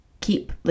keep